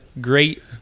great